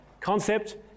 concept